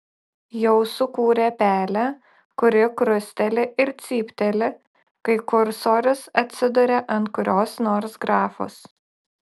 jau sukūrė pelę kuri krusteli ir cypteli kai kursorius atsiduria ant kurios nors grafos